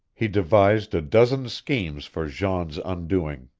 he devised a dozen schemes for jean's undoing.